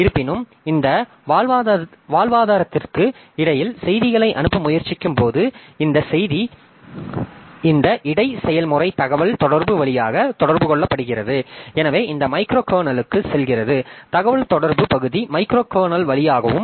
இருப்பினும் இந்த வாழ்வாதாரத்திற்கு இடையில் செய்திகளை அனுப்ப முயற்சிக்கும்போது இந்த செய்தி இந்த இடை செயல்முறை தகவல் தொடர்பு வழியாக தொடர்பு கொள்ளப்படுகிறது எனவே இந்த மைக்ரோ கர்னலுக்கு செல்கிறது தகவல்தொடர்பு பகுதி மைக்ரோ கர்னல் வழியாகும்